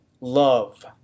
Love